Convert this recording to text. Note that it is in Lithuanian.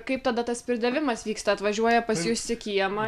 kaip tada tas pridavimas vyksta atvažiuoja pas jus į kiemą